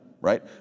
right